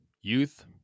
Youth